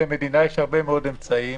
למדינה יש הרבה מאוד אמצעים,